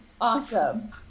Awesome